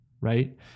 Right